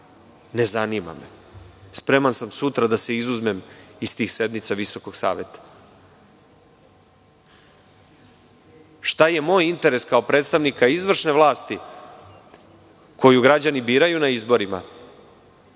Ne zanima me. Spreman sam sutra da se izuzmem iz tih sednica Visokog saveta sudstva. Šta je moj interes kao predstavnika izvršne vlasti koju građani biraju na izborima,